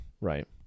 right